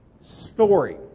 story